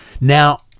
Now